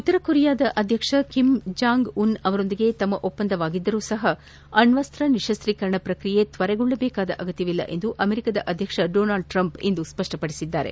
ಉತ್ತರ ಕೊರಿಯಾದ ಅಧ್ಯಕ್ಷ ಕಿಮ್ ಜಾಂಗ್ಉನ್ ಅವರೊಂದಿಗೆ ತಮ್ಮ ಒಪ್ಪಂದವಾಗಿದ್ದರೂ ಅಣ್ವಸ್ತ್ರ ನಿಶ್ಚಸ್ತೀಕರಣ ಪ್ರಕ್ರಿಯೆ ತ್ವರೆಗೊಳ್ಳಬೇಕಾದ ಅಗತ್ಯವಿಲ್ಲ ಎಂದು ಅಮೆರಿಕಾದ ಅಧ್ಯಕ್ಷ ಡೋನಾಲ್ಡ್ ಟ್ರಂಪ್ ಇಂದು ಸ್ಪಪ್ಟಪಡಿಸಿದ್ದಾರೆ